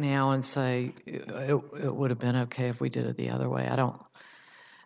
now and say it would have been ok if we did it the other way i don't know